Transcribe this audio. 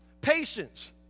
patience